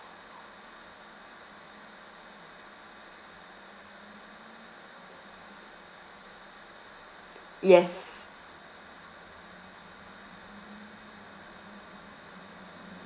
yes